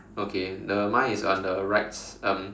okay the mine is on the right s~ um